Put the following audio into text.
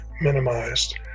minimized